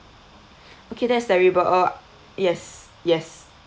okay that's terrible uh yes yes